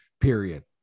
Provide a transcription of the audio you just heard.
period